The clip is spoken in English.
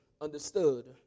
understood